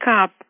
up